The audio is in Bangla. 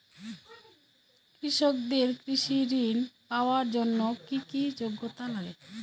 কৃষকদের কৃষি ঋণ পাওয়ার জন্য কী কী যোগ্যতা লাগে?